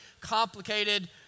complicated